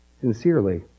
Sincerely